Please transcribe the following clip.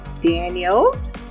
Daniels